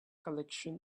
collection